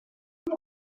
mae